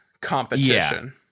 competition